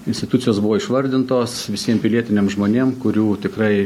institucijos buvo išvardintos visiem pilietiniam žmonėm kurių tikrai